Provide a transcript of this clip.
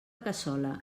cassola